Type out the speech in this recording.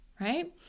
right